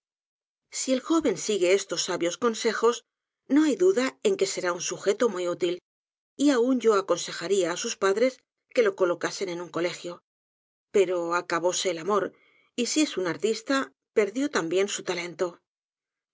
si el joven sigue estos sabios consejos no hay duda en que será un sugeto muy útil y aun yo aconsejaría á sus padres que lo colocasen en un colegio pero acabóse el a m o r y si es un artista perdió también su talento